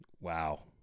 Wow